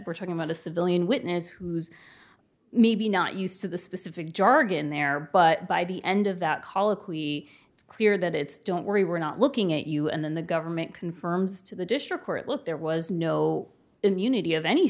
we're talking about a civilian witness who's maybe not use of the specific jargon there but by the end of that colloquy it's clear that it's don't worry we're not looking at you and then the government confirms to the district court look there was no immunity of any